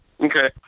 okay